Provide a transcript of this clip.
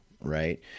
right